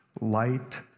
light